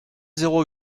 zéro